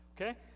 Okay